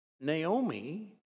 Naomi